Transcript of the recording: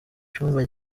cyumba